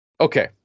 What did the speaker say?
Okay